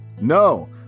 No